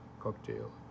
cocktail